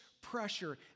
pressure